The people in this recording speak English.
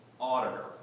auditor